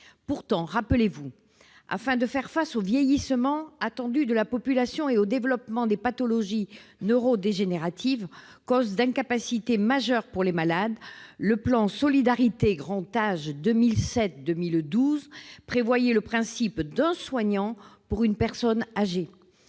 Pourtant, rappelez-vous ! Afin de faire face au vieillissement attendu de la population et au développement des pathologies neurodégénératives, causes d'incapacités majeures pour les malades, le plan Solidarité grand âge 2007-2012 prévoyait le principe d'un soignant pour une personne âgée.